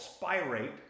spirate